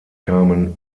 kamen